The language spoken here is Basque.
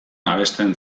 abesten